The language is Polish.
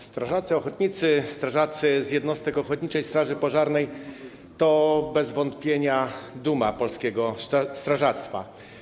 Strażacy ochotnicy, strażacy z jednostek ochotniczych straży pożarnych to bez wątpienia duma polskiego strażactwa.